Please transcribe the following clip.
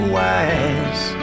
wise